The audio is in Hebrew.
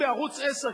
ואם בערוץ-10,